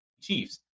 Chiefs